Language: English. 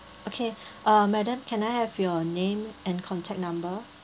okay uh madam can I have your name and contact number